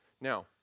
Now